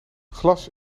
glas